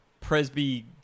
Presby